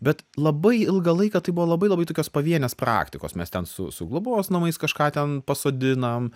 bet labai ilgą laiką tai buvo labai labai tokios pavienės praktikos mes ten su su globos namais kažką ten pasodinam